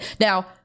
Now